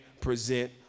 present